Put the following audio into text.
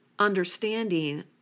Understanding